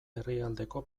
herrialdeko